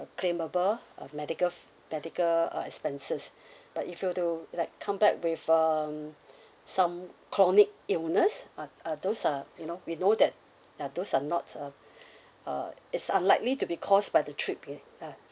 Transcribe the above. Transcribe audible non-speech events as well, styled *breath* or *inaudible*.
claimable of medical f~ medical uh expenses *breath* but if you were to like come back with um *breath* some chronic illness uh uh those are you know we know that uh those are not uh *breath* uh it's unlikely to be caused by the trip ya ah